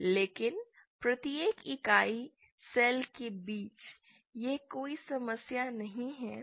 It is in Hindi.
लेकिन प्रत्येक इकाई सेल के बीच यह कोई समस्या नहीं है